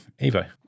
Evo